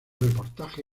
reportaje